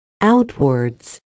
Outwards